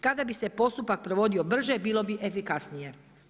Kada bi se postupak provodio brže, bilo bi efikasnije.